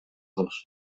dos